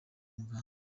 muganga